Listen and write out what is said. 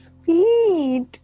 sweet